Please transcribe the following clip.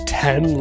ten